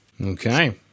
Okay